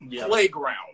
playground